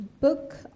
book